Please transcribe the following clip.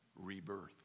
Rebirth